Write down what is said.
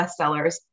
bestsellers